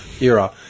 era